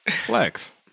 Flex